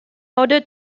order